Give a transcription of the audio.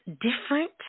different